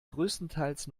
größtenteils